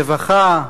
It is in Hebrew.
רווחה,